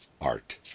art